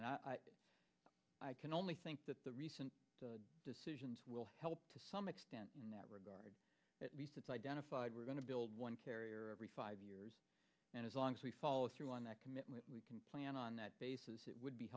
and i can only think that the recent decisions will help to some extent in that regard at least it's identified we're going to build one carrier every five years and as long as we follow through on that commitment we can plan on that basis it would be